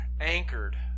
anchored